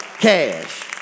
cash